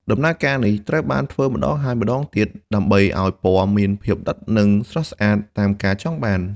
ដំណើរការនេះអាចត្រូវធ្វើម្តងហើយម្តងទៀតដើម្បីឱ្យពណ៌មានភាពដិតនិងស្រស់ស្អាតតាមការចង់បាន។